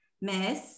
Miss